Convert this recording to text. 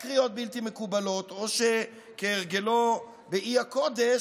קריאות בלתי מקובלות או שכהרגלו באי-הקודש,